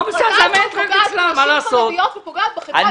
האמת פוגעת בנשים החרדיות ופוגעת בחברה